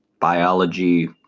biology